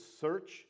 search